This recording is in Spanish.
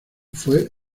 fue